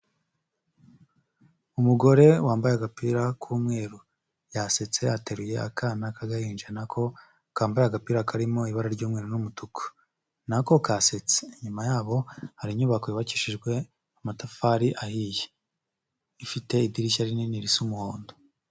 Umugore wambaye agapira k'umweru yasetse ateruye akana k'agahinja, nako kambaye agapira karimo ibara ry'umweru n'umutuku nako kasetse, inyuma ya hari inyubako yubakishijwe amatafari ahiye, ifite idirishya rinini risa umuhondo.